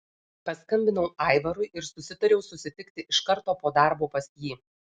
paskambinau aivarui ir susitariau susitikti iš karto po darbo pas jį